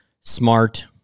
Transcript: smart